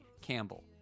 campbell